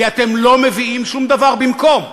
כי אתם לא מביאים שום דבר במקום.